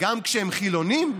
גם כשהם חילונים?